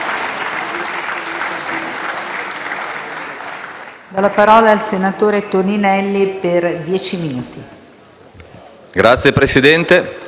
Signor Presidente, signor